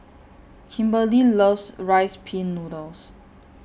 Kimberely loves Rice Pin Noodles